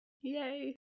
Yay